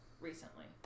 recently